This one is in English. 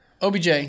OBJ